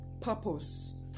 purpose